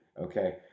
Okay